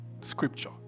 scripture